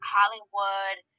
Hollywood